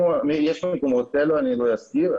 אני לא אסתיר,